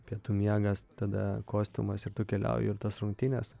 pietų miegas tada kostiumas ir tu keliauji į tas rungtynes